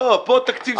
לא, פה תקציב זמן.